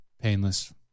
painless